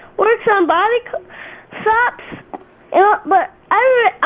works on body shops but